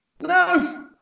no